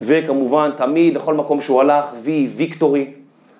וכמובן, תמיד, בכל מקום שהוא הלך, וי ויקטורי.